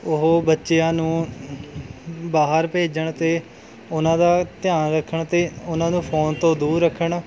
ਉਹ ਬੱਚਿਆਂ ਨੂੰ ਬਾਹਰ ਭੇਜਣ ਅਤੇ ਉਹਨਾਂ ਦਾ ਧਿਆਨ ਰੱਖਣ ਅਤੇ ਉਹਨਾਂ ਨੂੰ ਫੋਨ ਤੋਂ ਦੂਰ ਰੱਖਣ